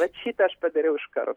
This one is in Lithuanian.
vat šitą aš padariau iškart